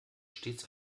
stets